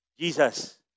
Jesus